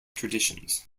traditions